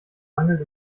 mangelt